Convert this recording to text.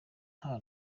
nta